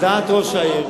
על דעת ראש העיר,